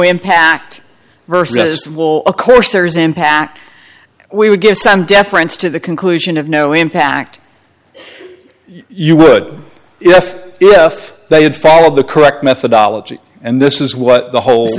impact versus will a course there is impact we would give some deference to the conclusion of no impact you would if if they had followed the correct methodology and this is what the hole